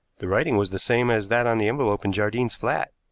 the writing was the same as that on the envelope in jardine's flat.